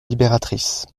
libératrice